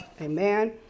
amen